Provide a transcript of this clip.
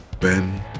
Ben